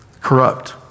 Corrupt